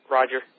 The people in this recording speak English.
Roger